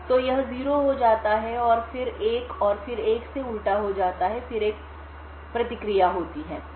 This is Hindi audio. तो यह 0 हो जाता है और फिर 1 और फिर 1 से उल्टा हो जाता है और फिर एक प्रतिक्रिया होती है